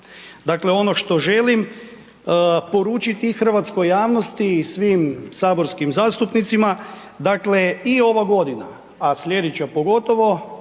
Dakle ono što želim poručiti hrvatskoj javnosti i svim saborskim zastupnicima, dakle i ova godina a sljedeća pogotovo